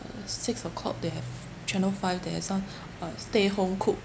six o'clock they have channel five they have some uh stay home cook